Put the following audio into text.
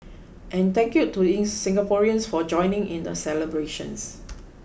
and thank you to in Singaporeans for joining in the celebrations